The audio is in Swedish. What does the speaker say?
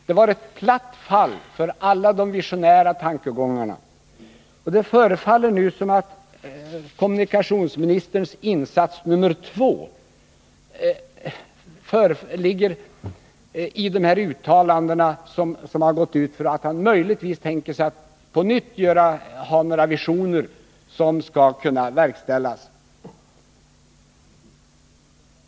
Det var ett platt fall för alla de visionära tankegångarna. Det förefaller nu som om kommunikationsministerns insats nr 2 ligger i de här uttalandena, som har gått ut på att han möjligtvis tänker sig att på nytt ha några visioner som skall kunna verkställas.